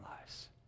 lives